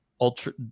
Ultra